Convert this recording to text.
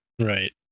Right